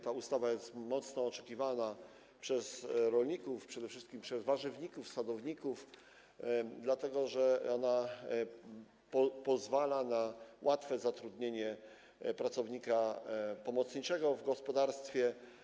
Ta ustawa jest bardzo oczekiwana przez rolników, przede wszystkich przez warzywników i sadowników, dlatego że ona pozwala na łatwe zatrudnienie pracownika pomocniczego w gospodarstwie.